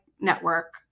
network